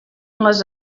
les